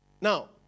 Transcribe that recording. Now